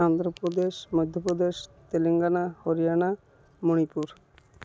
Andhra Pradesh Madhya Pradesh Telangana Haryana Manipur